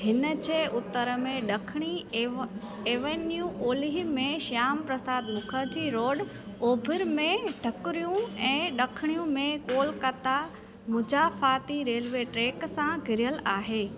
हिनजे उत्तर में ड॒खिणी एवेन्यू ओलिही में श्यामाप्रसाद मुखर्जी रोड ओभर में ढकरियूं ऐं ड॒खिणियूं में कोलकाता मुज़ाफ़ाती रेलवे ट्रैक सां घिरयलु आहे